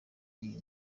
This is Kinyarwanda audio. iyi